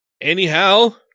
Anyhow